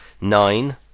nine